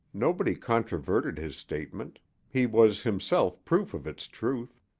nobody controverted his statement he was himself proof of its truth,